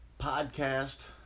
podcast